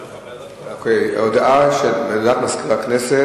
הודעה לסגן מזכיר הכנסת,